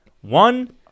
One